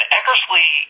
Eckersley